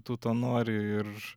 tu to nori ir